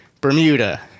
Bermuda